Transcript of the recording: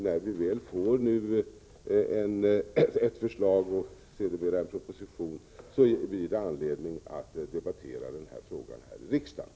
När vi väl får ett förslag och sedermera en proposition blir det anledning att debattera denna fråga här i riksdagen.